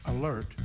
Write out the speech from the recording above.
alert